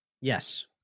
Yes